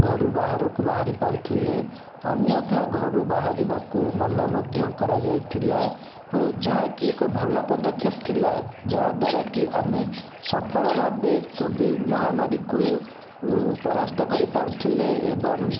ଘରୁ ବାହାରକୁ ବାହାରି ପାରୁଥିଲେ ଅନ୍ୟଥା ଘରୁ ବାହାରିବାକୁ ମନା ମଧ୍ୟ କରାଯାଇ ଥିଲା ଓ ଯାହାକି ଏକ ଭଲ ପଦକ୍ଷେପ ଥିଲା ଯାହା ଦ୍ୱାରା କି ଆମେ ସଫଳ ଭାବେ କୋଭିଡ଼ ମହାମାରୀକୁ ପରାସ୍ତ କରିପାରୁଥିଲେ ଏବଂ